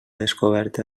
descoberta